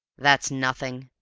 that's nothing,